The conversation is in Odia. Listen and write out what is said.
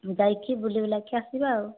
ଯାଇକି ବୁଲି ବୁଲାକି ଆସିବା